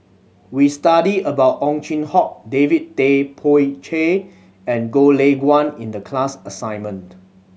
we studied about Ow Chin Hock David Tay Poey Cher and Goh Lay Kuan in the class assignment